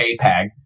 JPEG